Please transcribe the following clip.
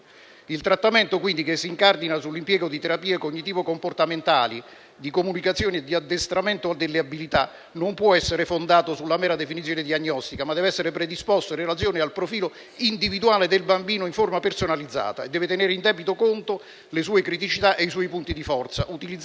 Il trattamento quindi, che si incardina sull'impiego di terapie cognitivo comportamentali di comunicazione e di addestramento delle abilità, non può essere fondato sulla mera definizione diagnostica, ma deve essere predisposto in relazione al profilo individuale del bambino in forma personalizzata e deve tenere in debito conto le sue criticità e i suoi punti di forza, utilizzando un